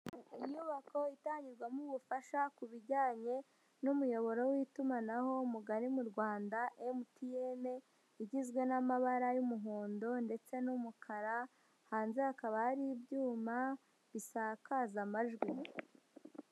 Inyubako itangirwamo ubufasha ku bijyanye n'umuyoboro w'itumanaho mugari mu Rwanda MTN, igizwe n'amabara y'umuhondo ndetse n'umukara, hanze hakaba hari ibyuma bisakaza amajwi.